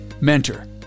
mentor